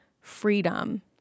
freedom